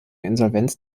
insolvenz